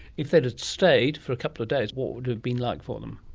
if they'd have stayed for a couple of days, what would it have been like for them?